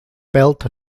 built